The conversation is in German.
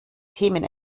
themen